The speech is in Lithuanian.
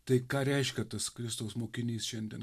tai ką reiškia tas kristaus mokinys šiandien